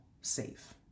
safe